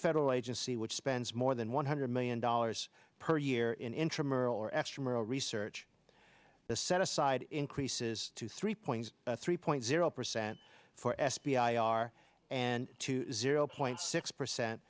federal agency which spends more than one hundred million dollars per year in intramural or extra research the set aside increases to three point three point zero percent for f b i are and two zero point six percent